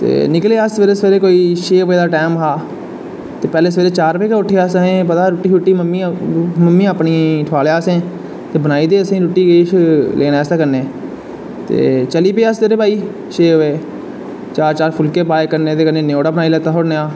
ते निकले अस सवेरे सवेरे छे बजे दा टाईम हा ते पैह्लें सवेरे चार बजे गै उट्ठे असें पता हा रुट्टी म्मियां अपनी गी ठोेआलेआ असें बनेई देओ रुट्टी किश असेंगी बनाने आस्ते चते चली पे अस सवेरे सवेरे चार चार फुल्के पाए कन्नै ते कन्नै न्योड़ा पाई लैत्ता कन्नै